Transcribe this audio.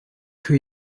two